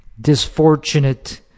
disfortunate